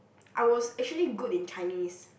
I was actually good in Chinese